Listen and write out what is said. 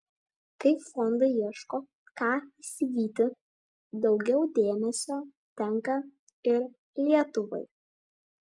kai fondai ieško ką įsigyti daugiau dėmesio tenka ir lietuvai